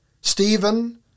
Stephen